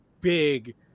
big –